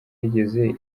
yigeze